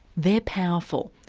they're powerful,